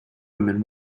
women